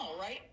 right